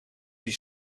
die